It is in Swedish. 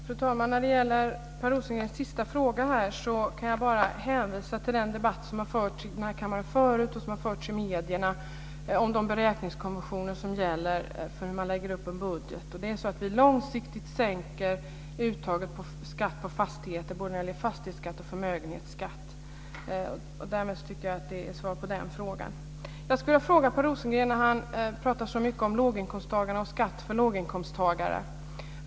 Fru talman! När det gäller Per Rosengrens sista fråga här kan jag bara hänvisa till den debatt som förut förts i denna kammare och även i medierna kring de beräkningskonventioner som gäller för hur man lägger upp en budget. Långsiktigt sänker vi uttaget av skatt på fastigheter. Det gäller då både fastighetsskatt och förmögenhetsskatt. Därmed tycker jag mig ha svarat på den frågan. Per Rosengren pratar så mycket om låginkomsttagarna och deras skatt.